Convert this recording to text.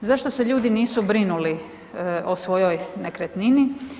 Zašto se ljudi nisu brinuli o svojoj nekretnini?